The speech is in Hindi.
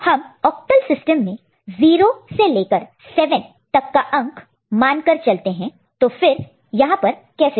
हम ऑक्टल सिस्टम में 0 से लेकर 7 तक का अंक डिजिट digit मान कर चलते हैं तो फिर यहां पर कैसा होता